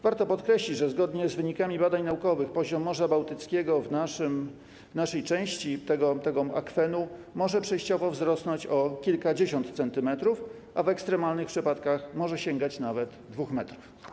Warto podkreślić, że zgodnie z wynikami badań naukowych poziom Morza Bałtyckiego w naszej części tego akwenu może przejściowo wzrosnąć o kilkadziesiąt centymetrów, a w ekstremalnych przypadkach może sięgać nawet 2 m.